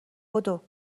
بدو